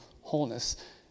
wholeness